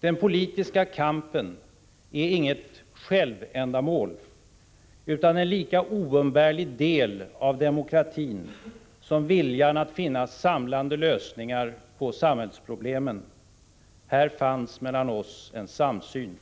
Den politiska kampen är inget självändamål utan en lika oumbärlig del av demokratin som viljan att finna samlande lösningar på samhällsproblemen. Här fanns mellan oss en samsyn.